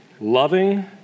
loving